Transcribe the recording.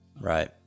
Right